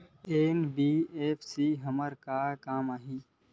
NBFC हमर का काम आही?